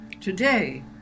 today